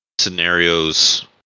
scenarios